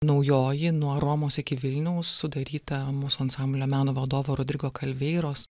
naujoji nuo romos iki vilniaus sudaryta mūsų ansamblio meno vadovo rodrigo kalveiros